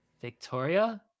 Victoria